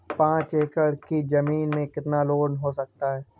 पाँच एकड़ की ज़मीन में कितना लोन हो सकता है?